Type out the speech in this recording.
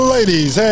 Ladies